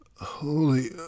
Holy